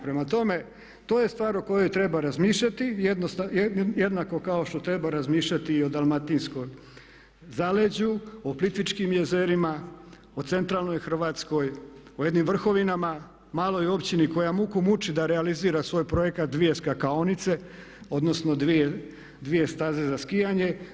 Prema tome, to je stvar o kojoj treba razmišljati, jednako kao što treba razmišljati i o dalmatinskom zaleđu, o Plitvičkim jezerima, o centralnoj Hrvatskoj, o jednim Vrhovinama, maloj općini koja muku muči da realizira svoj projekt 2 skakaonice odnosno 2 staze za skijanje.